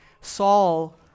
Saul